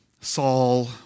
Saul